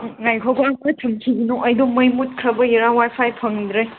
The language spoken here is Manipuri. ꯉꯥꯏꯈꯣꯀꯣ ꯑꯝꯇ ꯊꯝꯈꯤꯅꯨ ꯑꯩꯗꯣ ꯃꯩ ꯃꯨꯠꯈꯤꯕꯒꯤꯔꯥ ꯋꯥꯏ ꯐꯥꯏ ꯐꯪꯗ꯭ꯔꯦ